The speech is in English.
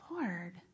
Lord